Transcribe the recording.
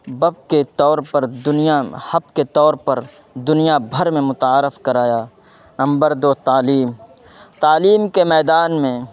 بپ کے طور پر دنیا ہب کے طور پر دنیا بھر میں متعارف کرایا نمبر دو تعلیم تعلیم کے میدان میں